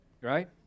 right